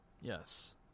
Yes